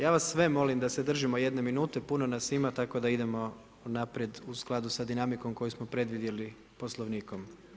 Ja vas sve molim da se držimo jedne minute, puno nas ima tako da idemo unaprijed u skladu sa dinamikom koju smo predvidjeli Poslovnikom.